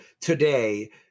today